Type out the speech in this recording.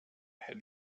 had